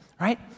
right